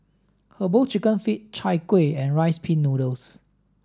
Herbal Chicken Feet Chai Kuih and Rice Pin Noodles